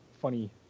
funny